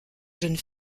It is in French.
jeune